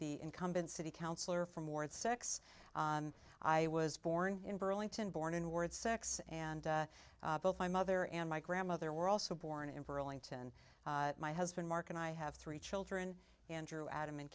the incumbent city councillor for more it's six i was born in burlington born in word sex and both my mother and my grandmother were also born in burlington my husband mark and i have three children andrew adam an